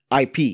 IP